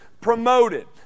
promoted